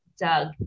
Doug